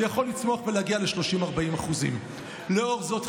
זה יכול לצמוח ולהגיע ל-30% 40%. לאור זאת,